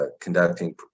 conducting